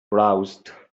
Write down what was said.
browsed